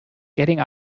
getting